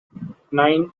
nine